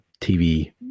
TV